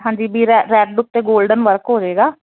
ਹਾਂਜੀ ਵੀ ਰੈ ਰੈਡ ਉੱਤੇ ਗੋਲਡਨ ਵਰਕ ਹੋਵੇਗਾ